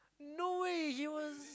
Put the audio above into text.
no way he was